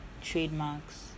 trademarks